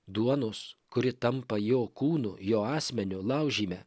duonos kuri tampa jo kūnu jo asmeniu laužyme